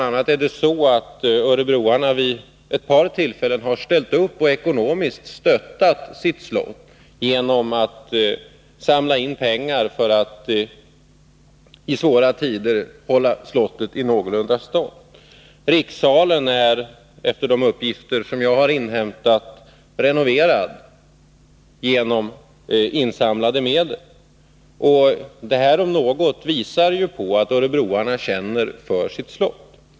a. har örebroarna vid ett par tillfällen ställt upp och stöttat sitt slott ekonomiskt genom att samla in pengar för att hålla slottet någorlunda i stånd. Enligt de uppgifter som jag har inhämtat är rikssalen renoverad med hjälp av insamlade medel. Det här om något visar ju att örebroarna känner för sitt slott.